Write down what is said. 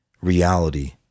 reality